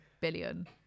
billion